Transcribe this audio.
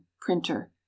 printer